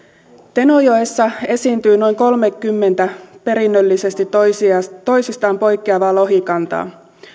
tenojoessa esiintyy noin kolmekymmentä perinnöllisesti toisistaan poikkeavaa lohikantaa